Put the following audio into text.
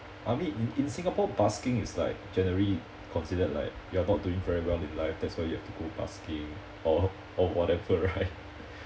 I mean in in singapore busking is like generally considered like you're not doing very well in life that's why you have to go busking or or whatever right